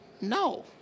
No